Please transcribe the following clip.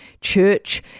church